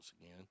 again